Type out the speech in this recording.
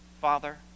Father